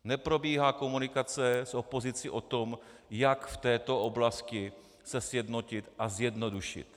Neprobíhá komunikace s opozicí o tom, jak v této oblasti se sjednotit a zjednodušit.